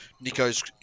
Nico's